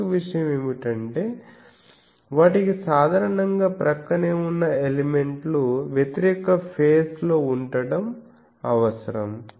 మరొక విషయం ఏమిటంటే వాటికి సాధారణంగా ప్రక్కనే ఉన్న ఎలిమెంట్లు వ్యతిరేక ఫేస్ లో ఉండడం అవసరం